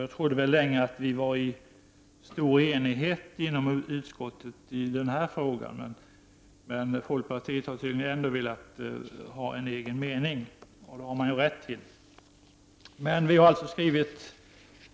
Jag trodde länge att vi hade stor enighet inom utskottet i den här frågan, men folkpartiet har tydligen ändå velat ha en egen mening. Det har man ju rätt till. Vi har alltså skrivit